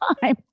time